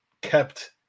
kept